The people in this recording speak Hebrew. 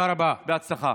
בהצלחה.